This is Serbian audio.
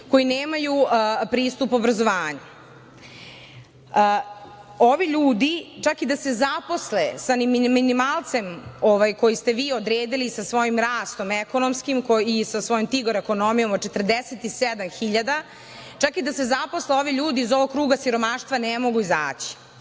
koji nemaju pristup obrazovanju. Ovi ljudi čak i da se zaposle sa minimalcem koji ste vi odredili sa svojim rastom ekonomskim, sa svojom tigar ekonomijom od 47.000 čak i da se zaposle ovi ljudi iz ovog kruga siromaštva ne mogu izaći.